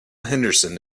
henderson